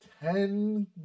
ten